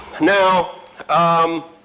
Now